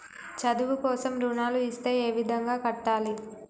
చదువు కోసం రుణాలు ఇస్తే ఏ విధంగా కట్టాలి?